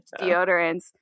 deodorants